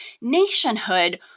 nationhood